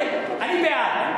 אני בעד.